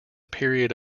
period